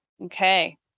okay